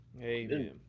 Amen